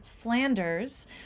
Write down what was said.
Flanders